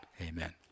Amen